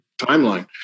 timeline